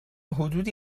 حدودی